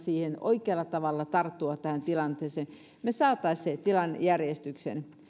oikealla tavalla tarttua tähän tilanteeseen jotta me saisimme sen tilanteen järjestykseen jotta